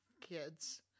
kids